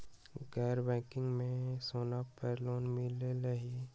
गैर बैंकिंग में सोना पर लोन मिलहई?